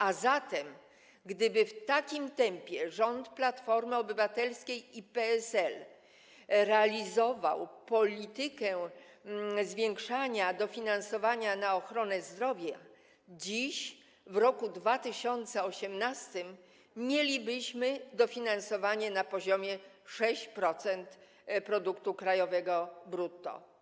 A zatem gdyby w takim tempie rząd Platformy Obywatelskiej i PSL realizował politykę zwiększania dofinansowania na ochronę zdrowia, dziś, w roku 2018, mielibyśmy dofinansowanie na poziomie 6% produktu krajowego brutto.